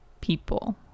people